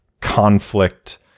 conflict